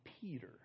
Peter